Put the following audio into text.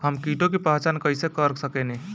हम कीटों की पहचान कईसे कर सकेनी?